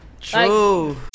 True